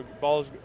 balls